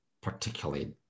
particularly